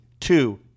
Two